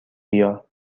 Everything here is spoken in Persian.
بیا